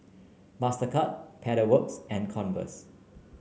Mastercard Pedal Works and Converse